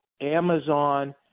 Amazon